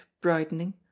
brightening